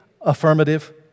affirmative